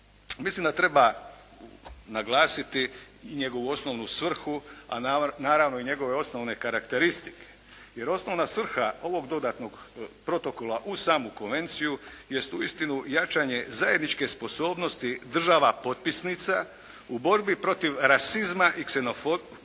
mislim da treba naglasiti i njegovu osnovnu svrhu a naravno i njegove osnovne karakteristike jer osnovna svrha ovog dodatnog protokola uz samu konvenciju jest uistinu jačanje zajedničke sposobnosti država potpisnica u borbi protiv rasizma i ksenofobije